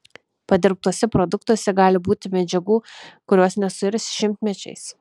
padirbtuose produktuose gali būti medžiagų kurios nesuirs šimtmečiais